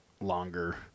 longer